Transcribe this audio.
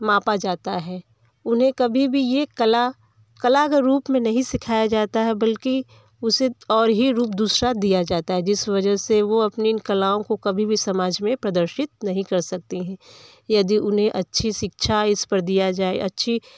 मापा जाता है उन्हें कभी भी ये कला कला के रूप में नहीं सिखाया जाता है बल्कि उसे और ही रूप दूसरा दिया जाता है जिस वजह से वो अपनी इन कलाओं को कभी भी समाज में प्रदर्शित नहीं कर सकती हैं यदि उन्हें अच्छी शिक्षा इस पर दिया जाए अच्छी